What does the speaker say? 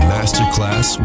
Masterclass